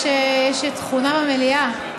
יש תכונה במליאה.